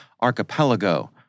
archipelago